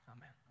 Amen